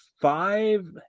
five